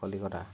Kolkata